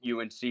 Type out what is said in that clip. UNC